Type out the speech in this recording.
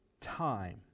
time